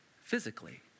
physically